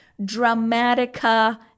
dramatica